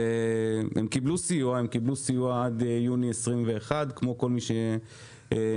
הם קיבלו סיוע עד יוני 2021 כמו כל מי שנפגע,